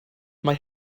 mae